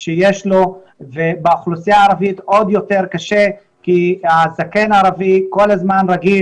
שיש לו ובאוכלוסייה הערבית עוד יותר קשה כי הזקן הערבי כל הזמן רגיל